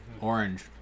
orange